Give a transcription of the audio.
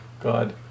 God